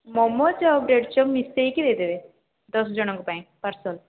ମୋମୋଜ୍ ଆଉ ବ୍ରେଡ଼ଚପ୍ ମିଶାଇକି ଦେଇ ଦେବେ ଦଶଜଣଙ୍କ ପାଇଁ ପାର୍ସଲ୍